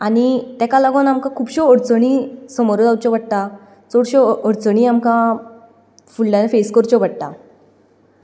आनी तेका लागून आमकां खुबश्यो अडचणी समोर जावच्यो पडटा चडश्यो अडचणी आमकां फुडल्यान फेस करच्यो पडटा